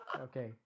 okay